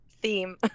theme